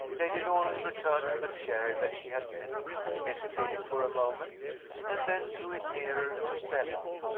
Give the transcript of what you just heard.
lady loring returned to the chair that she had left hesitated for a moment and then drew it nearer to stella.